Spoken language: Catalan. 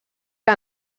que